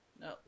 No